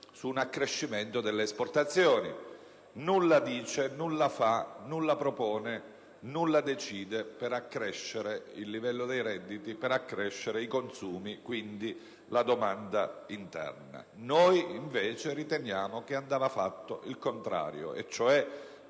di un accrescimento delle esportazioni. Nulla dice, nulla propone e nulla decide per accrescere il livello dei redditi e i consumi, quindi la domanda interna. Noi riteniamo invece che andava fatto il contrario, e cioè